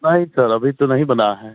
नहीं सर अभी तो नहीं बना है